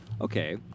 okay